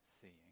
seeing